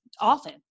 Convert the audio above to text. often